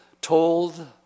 told